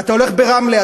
אתה הולך לרמלה,